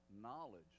Knowledge